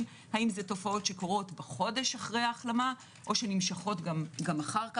האם זה תופעות שקורות בחודש אחרי ההחלמה או שנמשכות גם אחר כך.